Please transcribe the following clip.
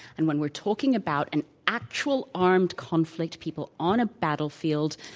and when we're talking about an actual armed conflict, people on a battlefield,